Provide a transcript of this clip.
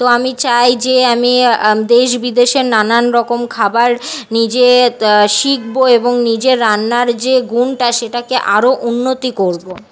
তো আমি চাই যে আমি দেশ বিদেশের নানা রকম খাবার নিজে শিখব এবং নিজের রান্নার যে গুণটা সেটাকে আরো উন্নত করব